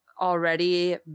already